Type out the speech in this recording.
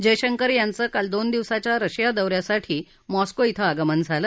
जयशंकर यांचं काल दोन दिवसाच्या रशिया दौ यासाठी मॉस्को िव आगमन झालं